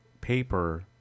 paper